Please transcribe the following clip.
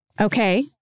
Okay